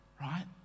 right